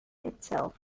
itself